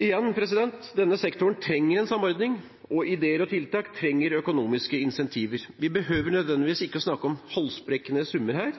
Igjen: Denne sektoren trenger en samordning, og ideer og tiltak trenger økonomiske incentiver. Vi behøver ikke nødvendigvis snakke om halsbrekkende summer her.